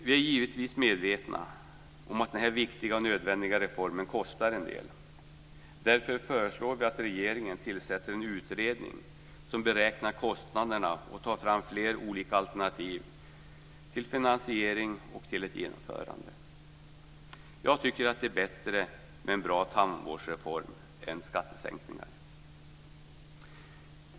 Vi är givetvis medvetna om att den här viktiga och nödvändiga reformen kostar en del. Därför föreslår vi att regeringen tillsätter en utredning som beräknar kostnaderna och som tar fram flera olika alternativ till finansiering och genomförande. Jag tycker att det är bättre med en bra tandvårdsreform än med skattesänkningar.